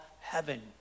heaven